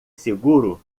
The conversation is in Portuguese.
seguro